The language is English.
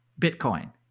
Bitcoin